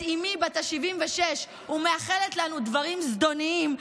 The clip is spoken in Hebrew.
אימי בת ה-76 ומאחלת לנו דברים זדוניים,